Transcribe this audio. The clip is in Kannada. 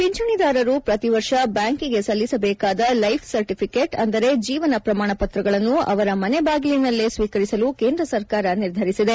ಪಿಂಚಣಿದಾರರು ಪ್ರತಿ ವರ್ಷ ಬ್ಯಾಂಕಿಗೆ ಸಲ್ಲಿಸಬೇಕಾದ ಲೈಫ್ ಸರ್ಟಫಿಕೇಟ್ ಅಂದರೆ ಜೀವನ ಪ್ರಮಾಣಪತ್ರಗಳನ್ನು ಅವರ ಮನೆ ಬಾಗಿಲಿನಲ್ಲೇ ಸ್ವೀಕರಿಸಲು ಕೇಂದ್ರ ಸರ್ಕಾರ ನಿರ್ಧರಿಸಿದೆ